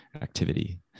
activity